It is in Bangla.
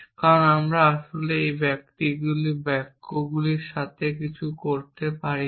কারণ আমরা আসলেই এই বাক্যগুলির সাথে কিছু করতে পারি না